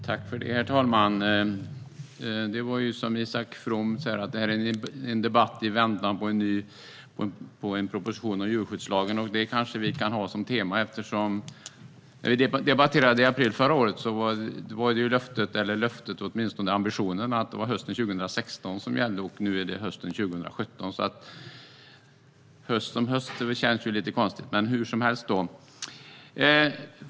Herr talman! Som Isak From sa är detta en debatt i väntan på en proposition om djurskyddslagen. Det kanske vi kan ha som tema. När vi debatterade i april förra året var åtminstone ambitionen att det var hösten 2016 som gällde, och nu är det hösten 2017. Höst som höst, men det känns lite konstigt.